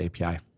API